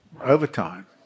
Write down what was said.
overtime